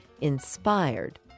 inspired